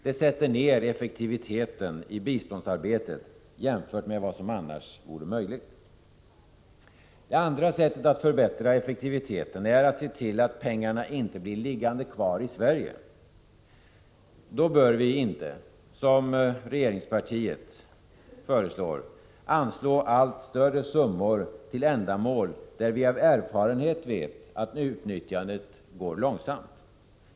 Det sätter ner effektiviteten i biståndsarbetet jämfört med vad som annars vore möjligt. Det andra sättet att förbättra effektiviteten är att se till att pengarna inte blir liggande kvar i Sverige. Då bör vi inte — som regeringspartiet föreslår — anslå allt större summor till ändamål, där vi av erfarenhet vet att utnyttjandet går långsamt.